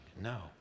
no